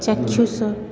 ଚାକ୍ଷୁଷ